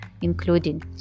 including